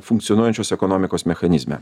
funkcionuojančios ekonomikos mechanizme